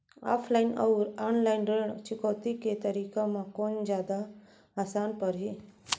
Offline अऊ online ऋण चुकौती के तरीका म कोन जादा आसान परही?